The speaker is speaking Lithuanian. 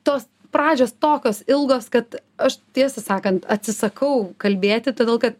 tos pradžios tokios ilgos kad aš tiesą sakant atsisakau kalbėti todėl kad